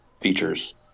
features